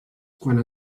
quant